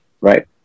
right